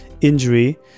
injury